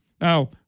Now